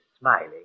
smiling